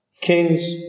Kings